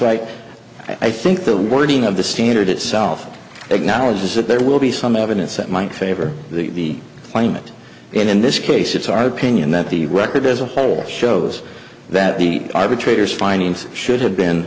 right i think the wording of the standard itself acknowledges that there will be some evidence that might favor the claimant and in this case it's our opinion that the record as a whole shows that the arbitrators findings should have been